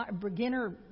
beginner